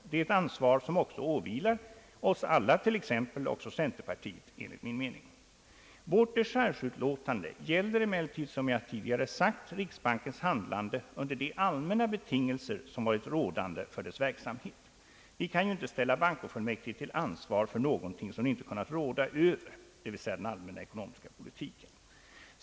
Det är ett ansvar som också åvilar oss alla, t.ex. även centerpartiet, enligt min mening. Vårt dechargeutlåtande gäller emellertid riksbankens handlande under de allmänna betingelser som varit rådande. Vi kan ju inte ställa bankofullmäktige till ansvar för någonting som de inte kunnat råda över, d.v.s. den allmänna ekonomiska politiken.